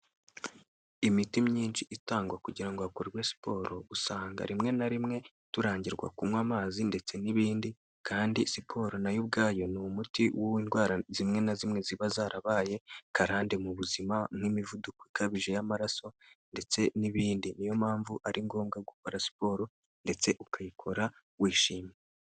Imiti myinshi itangwa kugira ngo hakorwe siporo, usanga rimwe na rimwe turangirwa kunywa amazi ndetse n'ibindi kandi siporo nayo ubwayo ni umuti w'indwara zimwe na zimwe ziba zarabaye karande mu buzima nk'imivuduko ikabije y'amaraso ndetse n'ibindi, niyo mpamvu ari ngombwa gukora siporo ndetse ukayikora wishimye.